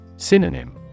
Synonym